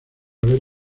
ver